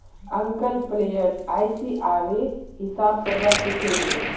uncle player ICR रे हिसाब करवा सीखे गेल